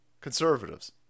conservatives